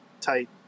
tight